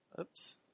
Oops